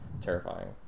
terrifying